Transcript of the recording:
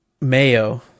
Mayo